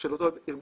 ומזה נגזרת פעילות.